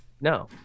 No